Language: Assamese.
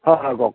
হয় হয় কওক